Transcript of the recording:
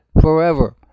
forever